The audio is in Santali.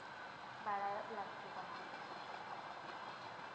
ᱵᱟᱲᱟᱭᱚᱜ ᱞᱟᱹᱠᱛᱤ ᱠᱟᱱᱟ